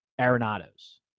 Arenado's